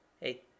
Hey